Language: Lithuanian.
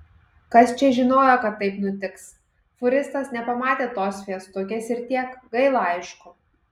kas čia žinojo kad taip nutiks fūristas nepamatė tos fiestukės ir tiek gaila aišku